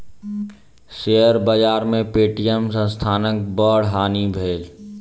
share बाजार में Paytm संस्थानक बड़ हानि भेल